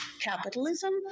capitalism